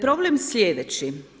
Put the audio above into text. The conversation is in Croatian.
Problem je sljedeći.